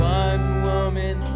one-woman